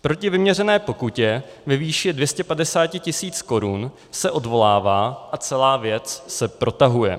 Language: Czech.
Proti vyměřené pokutě ve výši 250 tisíc korun se odvolává a celá věc se protahuje.